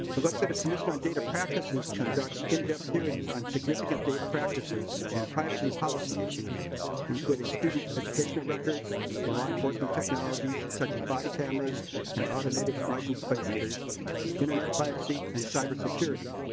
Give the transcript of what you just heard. but legislative commission on data practices conducts in-depth hearings on significant data practices and privacy policy issues including student educational records law-enforcement technologies such as body cameras and automated license plate readers internet privacy and cyber security.